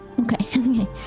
Okay